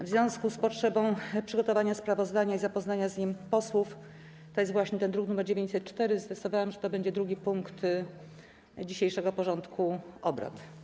W związku z potrzebą przygotowania sprawozdania i zapoznania z nim posłów - to jest właśnie ten druk nr 904 - zdecydowałam, że to będzie drugi punkt dzisiejszego porządku obrad.